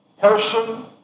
person